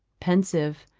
pensive,